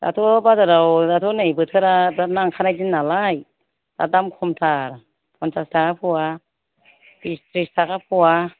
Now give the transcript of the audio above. दाथ' बाजाराव दाथ' नै बोथोरा दा ना ओंखारनाय दिन नालाय दा दाम खमथार फन्सास थाखा फ'वा बिस थ्रिस थाखा फ'वा